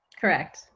Correct